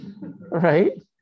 right